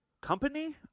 Company